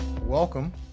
Welcome